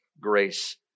grace